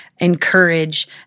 encourage